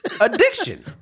addiction